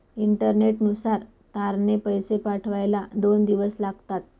इंटरनेटनुसार तारने पैसे पाठवायला दोन दिवस लागतात